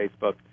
Facebook